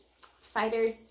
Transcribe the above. fighters